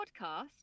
podcast